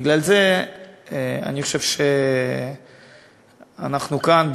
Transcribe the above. בגלל זה אני חושב שאנחנו כאן,